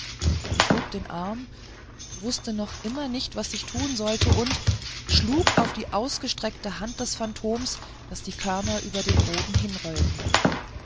ich hob den arm wußte noch immer nicht was ich tun sollte und schlug auf die ausgestreckte hand des phantoms daß die körner über den boden